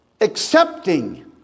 accepting